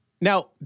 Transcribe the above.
Now